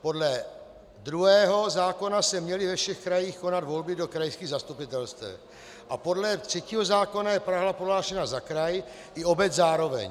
Podle druhého zákona se měly ve všech krajích konat volby do krajských zastupitelstev a podle třetího zákona je Praha prohlášena za kraj i obec zároveň.